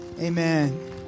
amen